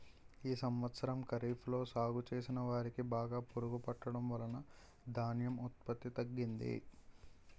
ఈ సంవత్సరం ఖరీఫ్ లో సాగు చేసిన వరి కి బాగా పురుగు పట్టడం వలన ధాన్యం ఉత్పత్తి తగ్గింది